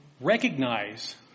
recognize